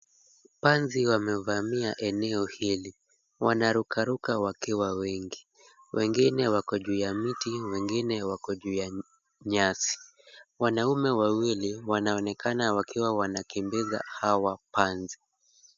Panzi wamevamia eneo hili. Wanarukaruka wakiwa wengi. Wengine wako juu ya miti, wengine wako juu ya nyasi. Wanaume wawili wanaonekana wakiwa wanakimbiza hawa panzi.